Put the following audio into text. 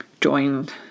joined